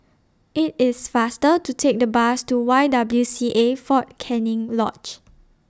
IT IS faster to Take The Bus to Y W C A Fort Canning Lodge